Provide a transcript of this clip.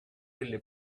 delle